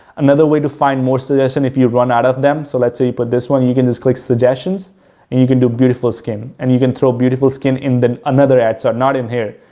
another way to find more so situation and if you run out of them, so let's see but this one you can just click suggestions and you can do beautiful skin. and you can throw beautiful skin in the, another ad, so not in here.